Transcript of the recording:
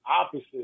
opposite